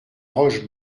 roche